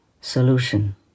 solution